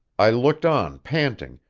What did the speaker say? i looked on panting,